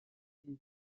une